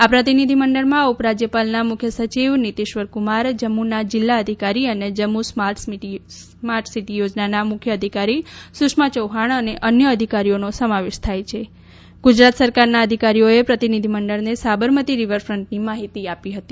આ પ્રતિનિધિમંડળમાં ઉપરાજ્યપાલના મુખ્ય સચિવ નિતિશ્વરકુમાર જમ્મુના જિલ્લા અધિકારી અને જમ્મુ સ્માર્ટ સિટી યોજનાના મુખ્ય અધિકારી સુષમા ચૌહાણ અને અન્ય અધિકારીઓનો સમાવેશ થાય વાં ગુજરાત સરકારના અધિકારીઓએ પ્રતિનિધિમંડળને સાબરમતી રિવરફ્રન્ટની માહિતી આપી હતી